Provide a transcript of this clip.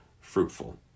fruitful